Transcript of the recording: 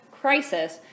crisis